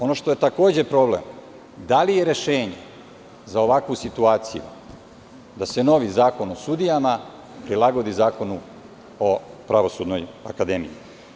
Ono što je takođe problem, da li je rešenje za ovakvu situaciju da se novi Zakon o sudijama prilagodi Zakonu o pravosudnoj akademiji.